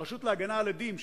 הרשות להגנה על עדים,